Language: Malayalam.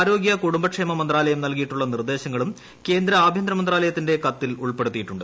ആരോഗ്യ കുടുംബക്ഷേമ മന്ത്രാലയം നൽകിയിട്ടുള്ള നിർദ്ദേശങ്ങളും കേന്ദ്ര ആഭ്യന്തര മന്ത്രാലയത്തിന്റെ കത്തിൽ ഉൾപ്പെടുത്തിയിട്ടുണ്ട്